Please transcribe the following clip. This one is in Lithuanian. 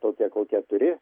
tokią kokia turi